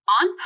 on